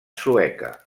sueca